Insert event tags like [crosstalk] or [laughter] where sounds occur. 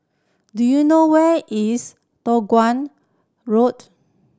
do you know where is [unintelligible] Road